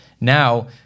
now